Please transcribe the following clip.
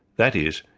that is,